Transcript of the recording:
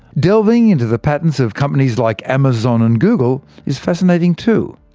delving into the patents of companies like amazon and google is fascinating too.